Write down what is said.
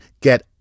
Get